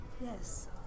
Yes